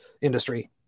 industry